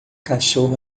cachorro